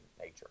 nature